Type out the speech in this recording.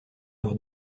leur